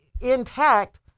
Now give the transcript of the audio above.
intact